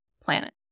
planet